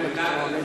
לא שמעת?